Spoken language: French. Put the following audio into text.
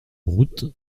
route